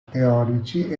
teorici